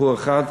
סיפור אחד: